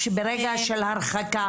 ברגע של הרחקה